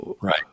Right